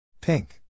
Pink